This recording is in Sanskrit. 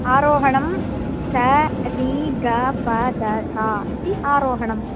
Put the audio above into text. आरोहणं स रि ग पधसा इति आरोहणम्